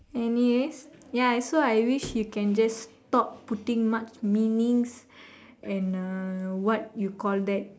anyways ya so I wish you can just stop putting much meanings and uh what you call that